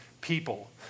people